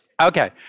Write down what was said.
Okay